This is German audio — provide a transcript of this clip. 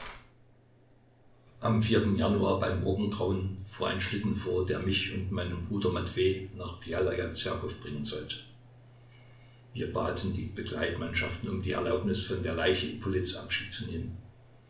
am januar beim morgengrauen fuhr ein schlitten vor der mich und meinen bruder matwej nach bjelaja zerkow bringen sollte wir baten die begleitmannschaften um die erlaubnis von der leiche ippolits abschied zu nehmen